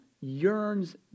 yearns